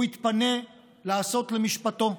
הוא יתפנה לעשות למשפטו,